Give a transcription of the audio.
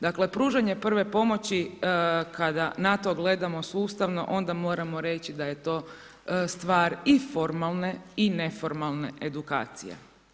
Dakle pružanje prve pomoći kada na to gledamo sustavno, onda moramo reći da je to i stvar i formalne i neformalne edukacije.